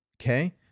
Okay